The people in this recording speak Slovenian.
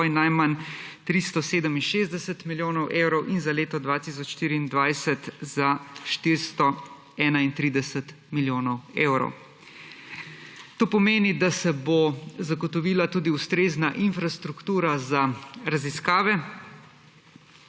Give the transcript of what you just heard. najmanj 367 milijonov evrov in za leto 2024 431 milijonov evrov. To pomeni, da se bo zagotovila tudi ustrezna infrastruktura za raziskave,